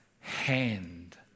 hand